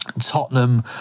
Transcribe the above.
Tottenham